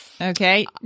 Okay